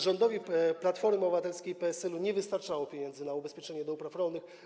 Rządowi Platformy Obywatelskiej i PSL-u nie wystarczało pieniędzy na ubezpieczenie upraw rolnych.